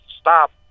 stop